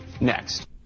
next